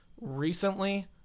recently